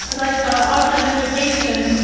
and like to offer an invocation.